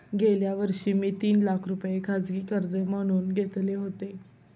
गेल्या वर्षी मी तीन लाख रुपये खाजगी कर्ज म्हणून घेतले होते